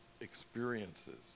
experiences